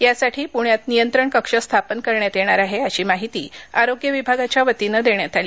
यासाठी पृण्यात नियंत्रण कक्ष स्थापन करण्यात येणार आहे अशी माहिती आरोग्य विभागाच्या वतीनं देण्यात आली